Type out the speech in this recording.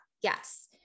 Yes